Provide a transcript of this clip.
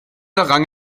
errang